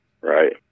Right